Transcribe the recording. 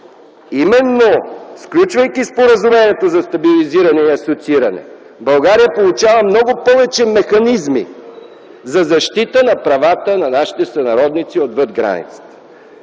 именно сключвайки споразумението за стабилизиране и асоцииране, България получава много повече механизми за защита на правата на нашите сънародници отвъд граница.